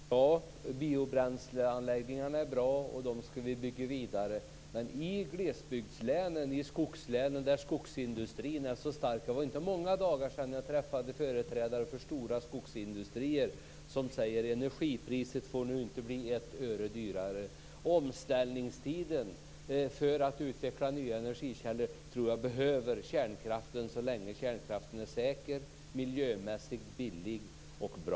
Fru talman! Biobränsleanläggningarna är bra och dem skall vi bygga vidare på. Men i glesbygdslänen, i skogslänen, är ju skogsindustrin stark. Det var inte länge sedan jag träffade företrädare för stora skogsindustrier som sade att energipriset nu inte får bli ett öre dyrare. Med tanke på omställningstiden för att utveckla nya energikällor tror jag att vi behöver kärnkraften så länge den är säker, miljömässigt billig och bra.